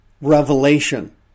revelation